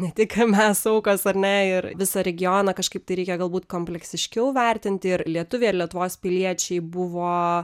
ne tik mes aukos ar ne ir visą regioną kažkaip tai reikia galbūt kompleksiškiau vertinti ir lietuviai ar lietuvos piliečiai buvo